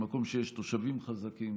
במקום שיש תושבים חזקים,